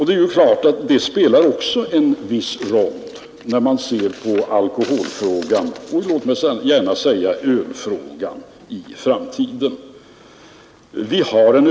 Det spelar naturligtvis också en viss roll för utvecklingen av alkoholkonsumtionen och låt mig gärna säga ölkonsumtionen i framtiden.